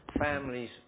families